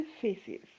faces